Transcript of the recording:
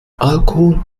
alkohol